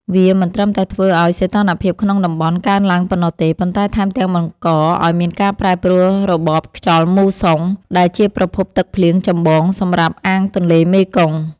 វាមិនត្រឹមតែធ្វើឱ្យសីតុណ្ហភាពក្នុងតំបន់កើនឡើងប៉ុណ្ណោះទេ ប៉ុន្តែថែមទាំងបង្កឱ្យមានការប្រែប្រួលរបបខ្យល់មូសុង ដែលជាប្រភពទឹកភ្លៀងចម្បងសម្រាប់អាងទន្លេមេគង្គ។